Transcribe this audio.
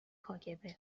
کاگب